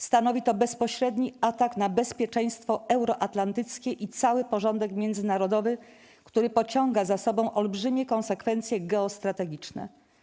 Stanowi to bezpośredni atak na bezpieczeństwo euroatlantyckie i cały porządek międzynarodowy, który pociąga za sobą olbrzymie konsekwencje geostrategiczne.